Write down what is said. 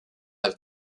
have